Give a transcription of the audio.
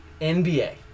NBA